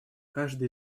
каждый